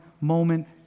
moment